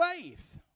faith